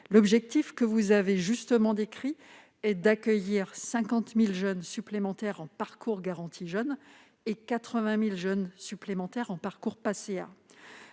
objectif, que vous avez décrit avec justesse, est d'accueillir 50 000 jeunes supplémentaires en parcours garantie jeunes et 80 000 jeunes supplémentaires en parcours